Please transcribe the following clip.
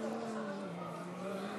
היא לא יכולה להצביע.